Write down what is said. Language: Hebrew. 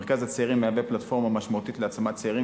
מרכז הצעירים מהווה פלטפורמה משמעותית להעצמת צעירים